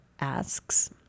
asks